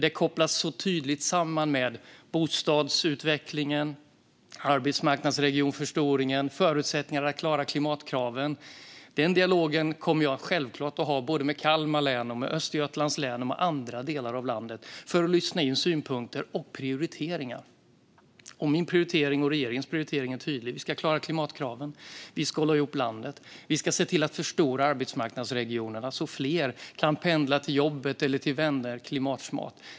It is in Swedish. De kopplas så tydligt samman med bostadsutvecklingen, förstoringen av arbetsmarknadsregioner och förutsättningar att klara klimatkraven. Den dialogen kommer jag självklart att ha med Kalmar län, Östergötlands län och andra delar av landet för att lyssna in synpunkter och prioriteringar. Min prioritering och regeringens prioritering är tydlig: Vi ska klara klimatkraven. Vi ska hålla ihop landet. Vi ska se till att förstora arbetsmarknadsregionerna så att fler kan pendla till jobbet eller till vänner på ett klimatsmart sätt.